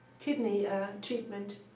kidney treatment